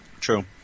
True